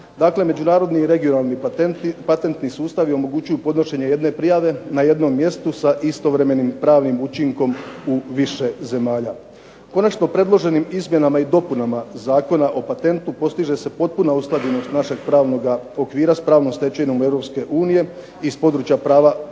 Dakle, međunarodni regionalni patentni sustavi omogućuju podnošenje jedne prijave na jednom mjestu sa istovremenim pravnim učinkom u više zemalja. Konačno, predloženim izmjenama i dopunama Zakona o patentu postiže se potpuna usklađenost našeg pravnog okvira s pravnom stečevinom Europske unije iz područja prava patenata,